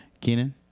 Keenan